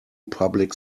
public